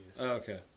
Okay